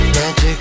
Magic